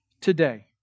today